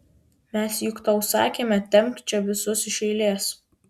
mes juk tau sakėme tempk čia visus iš eilės